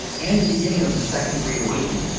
and the beginning of the second great awakening,